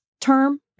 term